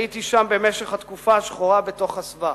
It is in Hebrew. הייתי שם במשך התקופה השחורה בתוך הסבך.